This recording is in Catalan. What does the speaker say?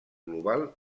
global